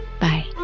Bye